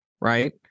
Right